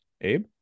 Abe